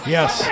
Yes